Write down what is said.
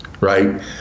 right